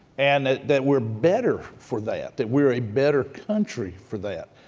and that that we're better for that, that we're a better country for that.